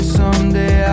someday